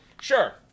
sure